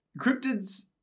cryptids